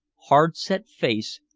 hard-set face,